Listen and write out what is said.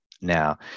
Now